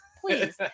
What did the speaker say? please